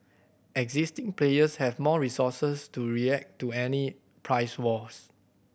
existing players have more resources to react to any price wars